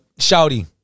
Shouty